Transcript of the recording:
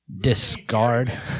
discard